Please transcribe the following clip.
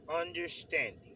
understanding